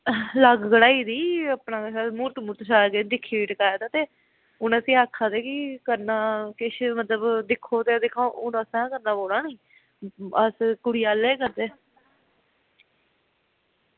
लग्ग कड्ढाई दी अपना म्हूरत म्हूरत सारा किश दिक्खी टकाए दा ते हून असेंगी आक्खा दे कि करना किश मतलब दिक्खो ते दखाओ हून असें गै करना पौना निं अस कुड़ी आह्ले गै करदे